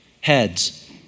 heads